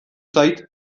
zait